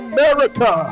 America